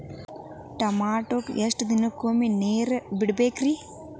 ಟಮೋಟಾಕ ಎಷ್ಟು ದಿನಕ್ಕೊಮ್ಮೆ ನೇರ ಬಿಡಬೇಕ್ರೇ?